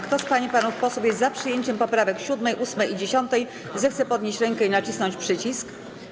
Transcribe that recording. Kto z pań i panów posłów jest za przyjęciem poprawek 7., 8. i 10., zechce podnieść rękę i nacisnąć przycisk.